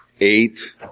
eight